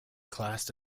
classed